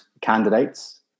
candidates